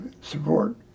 support